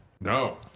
No